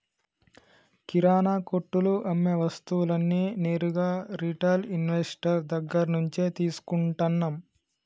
కిరణా కొట్టులో అమ్మే వస్తువులన్నీ నేరుగా రిటైల్ ఇన్వెస్టర్ దగ్గర్నుంచే తీసుకుంటన్నం